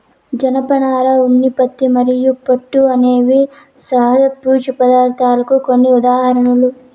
జనపనార, ఉన్ని, పత్తి మరియు పట్టు అనేవి సహజ పీచు పదార్ధాలకు కొన్ని ఉదాహరణలు